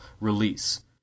release